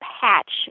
patch